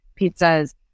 pizzas